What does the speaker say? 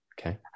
Okay